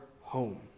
home